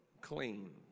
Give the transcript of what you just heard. clean